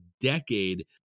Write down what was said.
decade